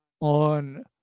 on